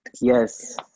Yes